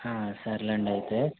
సర్లెండి అయితే